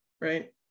right